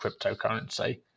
cryptocurrency